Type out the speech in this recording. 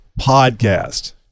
podcast